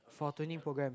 for a twinning programme